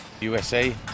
USA